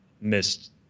missed